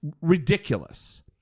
ridiculous